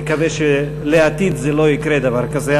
נקווה שבעתיד לא יקרה דבר כזה.